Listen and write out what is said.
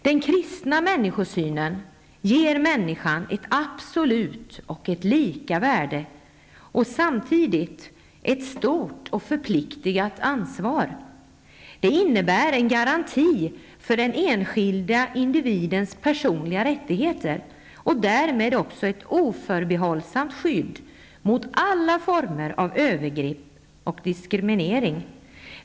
Den kristna människosynen ger människan ett absolut och lika värde och samtidigt ett stort och förpliktande ansvar. Det innebär en garanti för den enskilda individens personliga rättigheter och därmed också ett oförbehållsamt skydd mot alla former av övergrepp och diskriminering.